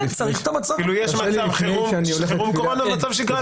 יש מצב חירום קורונה ויש מצב שגרת קורונה.